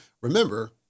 remember